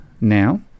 now